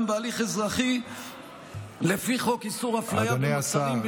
בהליך אזרחי לפי חוק איסור הפליה במוצרים,